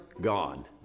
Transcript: gone